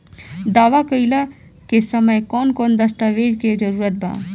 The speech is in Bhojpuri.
दावा कईला के समय कौन कौन दस्तावेज़ के जरूरत बा?